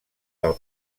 del